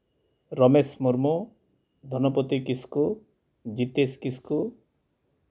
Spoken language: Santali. ᱨᱚᱢᱮᱥ ᱢᱩᱨᱢᱩ ᱫᱷᱚᱱᱚᱯᱚᱛᱤ ᱠᱤᱥᱠᱩ ᱡᱤᱛᱮᱥ ᱠᱤᱥᱠᱩ